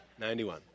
Ninety-one